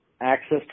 access